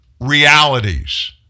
realities